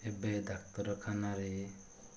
ଏବେ ଡାକ୍ତରଖାନାରେ